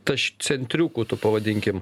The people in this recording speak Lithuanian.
tas centriukų tų pavadinkim